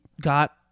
got